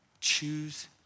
Choose